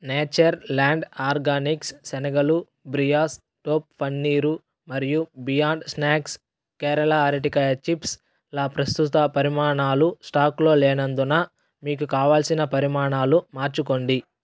nature land organics శనగలు బ్రియాస్ టోఫ్ పన్నీరు మరియు బియాండ్ స్న్యాక్స్ కేరళ అరటికాయ చిప్స్ల ప్రస్తుత పరిమాణాలు స్టాకులో లేనందున మీకు కావలసిన పరిమాణాలు మార్చుకోండి